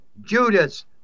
Judas